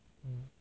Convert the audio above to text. mm